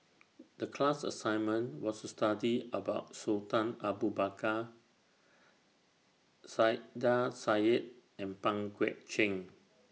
The class assignment was to study about Sultan Abu Bakar Saiedah Said and Pang Guek Cheng